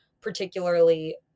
particularly